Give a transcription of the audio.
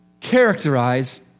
characterize